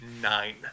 nine